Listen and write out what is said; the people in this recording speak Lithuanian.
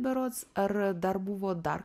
berods ar dar buvo dar